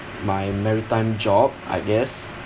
my maritime job I guess